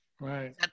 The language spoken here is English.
right